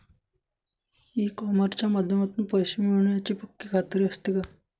E कॉमर्सच्या माध्यमातून पैसे मिळण्याची पक्की खात्री असते का?